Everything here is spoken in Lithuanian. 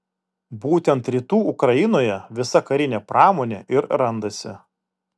būtent rytų ukrainoje visa karinė pramonė ir randasi